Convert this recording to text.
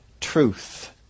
truth